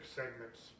segments